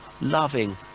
loving